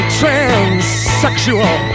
transsexual